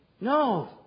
no